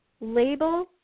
Label